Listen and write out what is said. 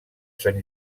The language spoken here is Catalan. sant